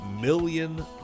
million